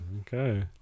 Okay